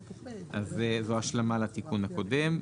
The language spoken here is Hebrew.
אז זו השלמה לתיקון הקודם.